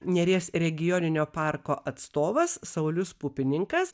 neries regioninio parko atstovas saulius pupininkas